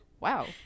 Wow